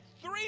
three